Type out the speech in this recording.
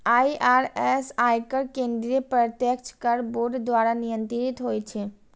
IRS, आयकर केंद्रीय प्रत्यक्ष कर बोर्ड द्वारा नियंत्रित होइ छै